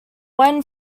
when